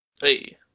Hey